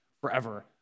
forever